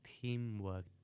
teamwork